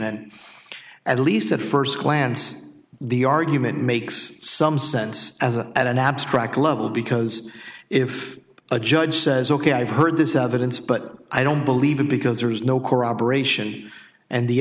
and at least at first glance the argument makes some sense as a at an abstract level because if a judge says ok i've heard this evidence but i don't believe it because there is no corroboration and the